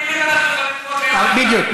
בדיוק.